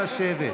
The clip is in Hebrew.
לשבת.